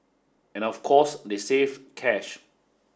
and of course they save cash